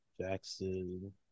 Jackson